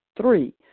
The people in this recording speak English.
Three